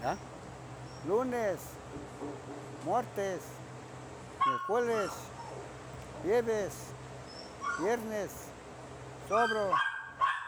Ya, lunes, mortes, miercolex, fieves, viernes, sobro,